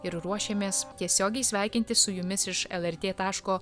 ir ruošėmės tiesiogiai sveikinti su jumis iš lrt taško